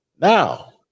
Now